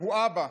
הוא אבא,